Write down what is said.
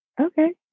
Okay